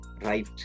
right